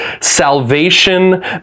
Salvation